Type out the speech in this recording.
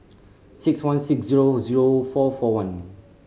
six one six zero zero four four one